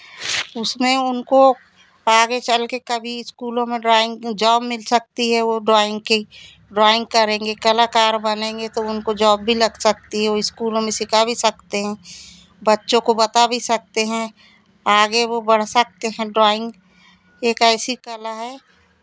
उसमें उनको आगे चलके कभी इस्कूलों में ड्रॉइंग जॉब मिल सकती है वो ड्रॉइंग की ड्रॉइंग करेंगे कलाकार बनेंगे तो उनको जॉब भी लग सकती है वो इस्कूलों में सिखा भी सकते हैं बच्चों को बता भी सकते हैं आगे वो बढ़ सकते हैं ड्रॉइंग एक ऐसी कला है